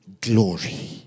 glory